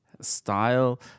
style